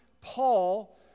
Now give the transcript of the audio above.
Paul